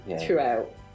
throughout